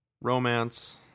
romance